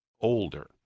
older